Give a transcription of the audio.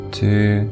two